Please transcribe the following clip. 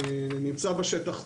נמצא בשטח,